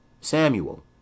Samuel